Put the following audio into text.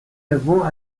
avons